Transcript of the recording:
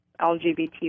LGBT